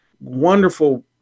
wonderful